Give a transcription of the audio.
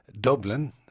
Dublin